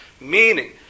Meaning